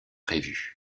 prévus